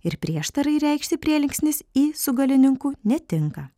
ir prieštarai reikšti prielinksnis į su galininku netinka